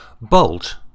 Bolt